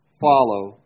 Follow